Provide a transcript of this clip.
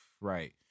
Right